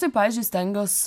tai pavyzdžiui stengiuos